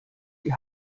die